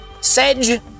Sedge